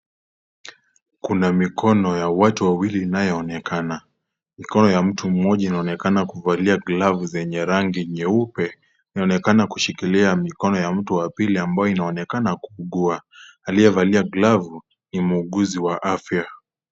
Kuna mikono ya watu wawili, inayoonekana. Mikono ya mtu mmoja inaoonekana kuvalia glove zenye rangi nyeupe. Inaonekana kushikilia mikono ya mtu wa pili, ambayo inaonekana kuugua, aliyevalia glavu, ni muuguzi wa afya.